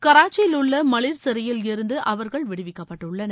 கராச்சியிலுள்ள மலிர் சிறையிலிருந்து அவர்கள் விடுவிக்கப்பட்டுள்ளனர்